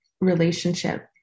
relationship